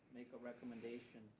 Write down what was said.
make a recommendation